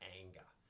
anger